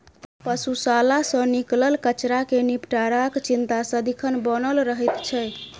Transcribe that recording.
पशुशाला सॅ निकलल कचड़ा के निपटाराक चिंता सदिखन बनल रहैत छै